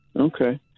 Okay